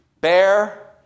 bear